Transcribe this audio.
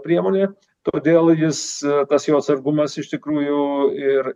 priemonė todėl jis tas jo atsargumas iš tikrųjų ir